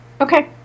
Okay